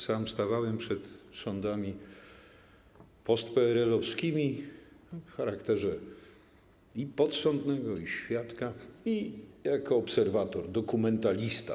Sam stawałem przed sądami postpeerelowskimi w charakterze i podsądnego, i świadka, i jako obserwator, dokumentalista.